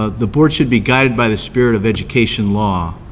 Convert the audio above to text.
ah the board should be guided by the spirit of education law,